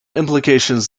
implications